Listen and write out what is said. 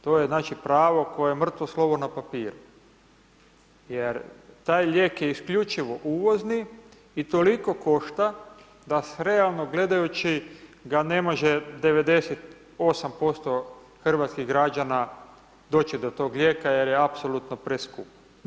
To je znači pravo koje je mrtvo slovo na papiru jer taj lijek je isključivo uvozni i toliko košta da realno gledajući ga ne može 98% hrvatskih građana doći do tog lijeka jer je apsolutno preskup.